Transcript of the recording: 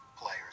players